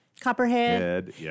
Copperhead